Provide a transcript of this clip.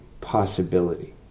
possibility